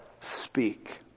speak